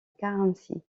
carinthie